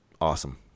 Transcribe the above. awesome